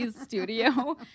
studio